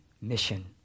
mission